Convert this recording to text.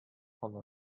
калыр